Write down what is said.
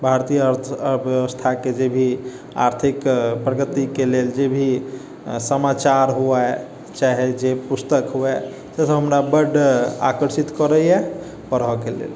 भारतीय अर्थ अर्थव्यवस्थाके जे भी आर्थिक प्रगतिके लेल जे भी समाचार हुए चाहे जे पुस्तक हुए से सब हमरा बड आकर्षित करैया पढ़ऽके लेल